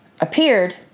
appeared